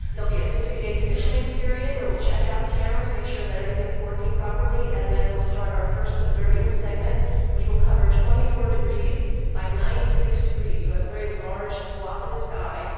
will be a sixty day commissioning period where we will check out the cameras, make sure that everything is working properly, and then we will start our first observing segment which will cover twenty four degrees by ninety six degrees, so a very large swathe of the sky.